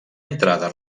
entrada